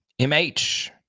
MH